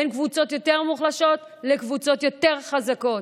בין קבוצות יותר מוחלשות לקבוצות יותר חזקות.